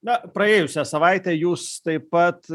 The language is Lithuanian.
na praėjusią savaitę jūs taip pat